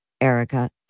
Erica